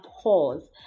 pause